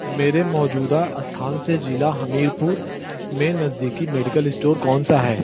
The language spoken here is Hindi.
मेरे मौजूदा स्थान से ज़िला हमीरपुर में नज़दीकी मेडिकल इस्टोर कौन सा है